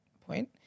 point